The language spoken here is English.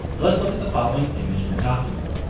let's look at the following image in a document.